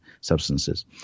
substances